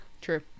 True